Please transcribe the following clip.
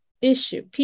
issue